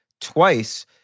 twice